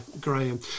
Graham